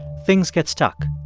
things get stuck.